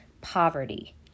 poverty